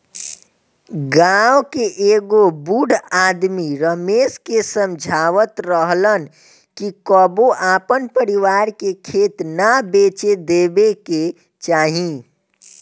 गांव के एगो बूढ़ आदमी रमेश के समझावत रहलन कि कबो आपन परिवार के खेत ना बेचे देबे के चाही